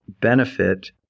benefit